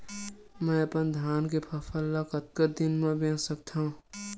मैं अपन धान के फसल ल कतका दिन म बेच सकथो?